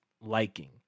liking